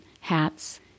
hats